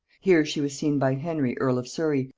here she was seen by henry earl of surry,